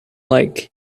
like